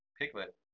Piglet